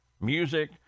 music